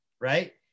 right